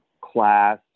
class